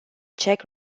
czech